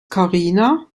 karina